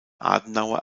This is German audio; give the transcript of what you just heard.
adenauer